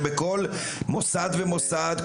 שבכל מוסד ומוסד,